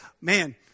man